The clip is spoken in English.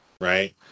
right